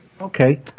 Okay